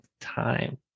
time